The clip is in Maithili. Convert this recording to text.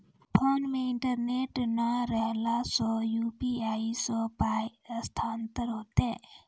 फोन मे इंटरनेट नै रहला सॅ, यु.पी.आई सॅ पाय स्थानांतरण हेतै?